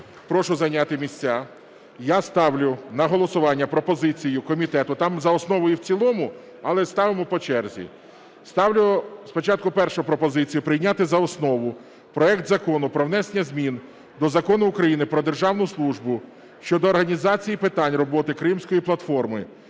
Прошу зайняти місця. Я ставлю на голосування пропозицію комітету, там за основу і в цілому, але ставимо по черзі. Ставлю спочатку першу пропозицію прийняти за основу проект Закону про внесення змін до Закону України "Про державну службу" щодо організаційних питань роботи Кримської платформи